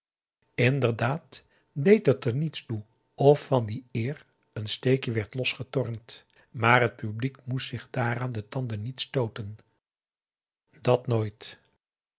inderdaad deed het er niets toe of van die eer een steekje werd losgetornd maar het publiek moest zich daaraan de tanden niet stooten dàt nooit